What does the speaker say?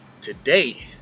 today